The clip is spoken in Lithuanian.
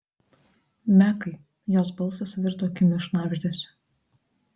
mekai jos balsas virto kimiu šnabždesiu